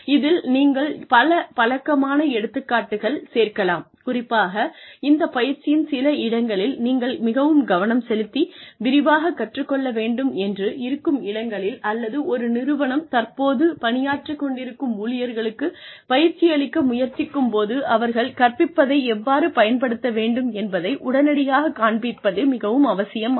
இதில் நீங்கள் பல பழக்கமான எடுத்துக்காட்டுகள் சேர்க்கலாம் குறிப்பாக இந்த பயிற்சியின் சில இடங்களில் நீங்கள் மிகவும் கவனம் செலுத்தி விரிவாக கற்றுக் கொள்ள வேண்டும் என்று இருக்கும் இடங்களில் அல்லது ஒரு நிறுவனம் தற்போது பணியாற்றிக் கொண்டிருக்கும் ஊழியர்களுக்குப் பயிற்சியளிக்க முயற்சிக்கும் போது அவர்கள் கற்பித்ததை எவ்வாறு பயன்படுத்த வேண்டும் என்பதை உடனடியாக காண்பிப்பது மிகவும் அவசியம் ஆகும்